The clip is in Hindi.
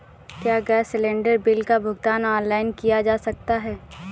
क्या गैस सिलेंडर बिल का भुगतान ऑनलाइन किया जा सकता है?